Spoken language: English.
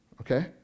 okay